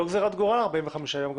זאת לא גזרת גורל ה-45 ימים האלה.